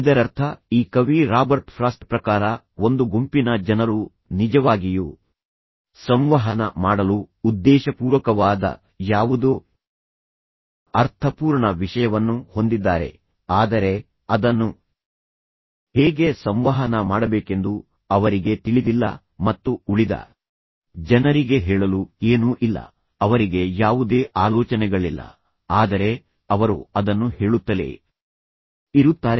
ಇದರರ್ಥ ಈ ಕವಿ ರಾಬರ್ಟ್ ಫ್ರಾಸ್ಟ್ ಪ್ರಕಾರ ಒಂದು ಗುಂಪಿನ ಜನರು ನಿಜವಾಗಿಯೂ ಸಂವಹನ ಮಾಡಲು ಉದ್ದೇಶಪೂರ್ವಕವಾದ ಯಾವುದೋ ಅರ್ಥಪೂರ್ಣ ವಿಷಯವನ್ನು ಹೊಂದಿದ್ದಾರೆ ಆದರೆ ಅದನ್ನು ಹೇಗೆ ಸಂವಹನ ಮಾಡಬೇಕೆಂದು ಅವರಿಗೆ ತಿಳಿದಿಲ್ಲ ಮತ್ತು ಉಳಿದ ಜನರಿಗೆ ಹೇಳಲು ಏನೂ ಇಲ್ಲ ಅವರಿಗೆ ಯಾವುದೇ ಆಲೋಚನೆಗಳಿಲ್ಲ ಆದರೆ ಅವರು ಅದನ್ನು ಹೇಳುತ್ತಲೇ ಇರುತ್ತಾರೆ